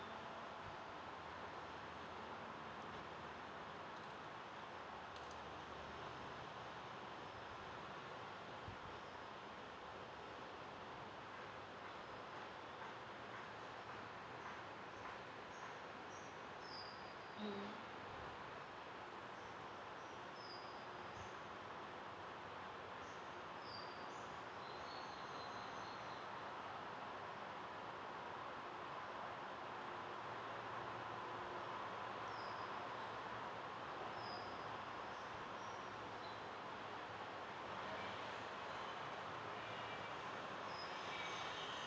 mm